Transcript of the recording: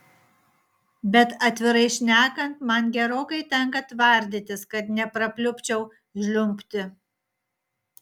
bet atvirai šnekant man gerokai tenka tvardytis kad neprapliupčiau žliumbti